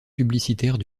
publicitaire